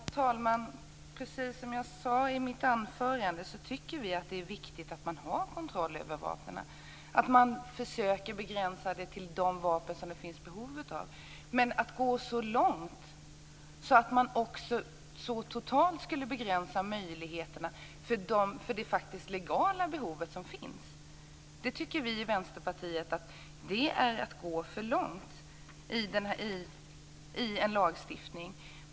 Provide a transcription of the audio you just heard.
Herr talman! Precis som jag sade i mitt anförande tycker vi att det är viktigt att man har kontroll över vapnen och att man försöker begränsa det till de vapen som det finns behov av. Men att så totalt begränsa möjligheterna för det legala behov som finns tycker vi i Vänsterpartiet är att gå för långt i en lagstiftning.